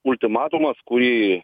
ultimatumas kurį